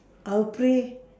I'll pray